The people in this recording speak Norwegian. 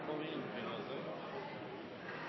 og det er at de